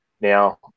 Now